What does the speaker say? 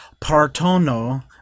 partono